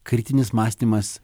kritinis mąstymas